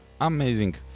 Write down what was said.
Amazing